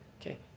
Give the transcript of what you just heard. okay